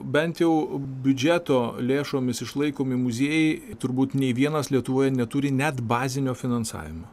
bent jau biudžeto lėšomis išlaikomi muziejai turbūt nei vienas lietuvoje neturi net bazinio finansavimo